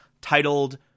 titled